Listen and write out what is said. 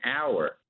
hour